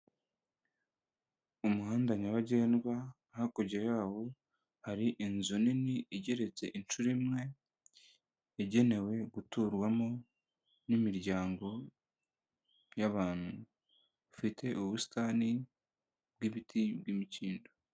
Umuhanda nyabagendwa hakurya yawo hari inzu nini igeretse incuro imwe; yagenewe guturwamo n'imiryango y'abantu, bafite ubusitani bw'ibiti by'imikindo.